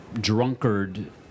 drunkard